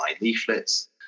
leaflets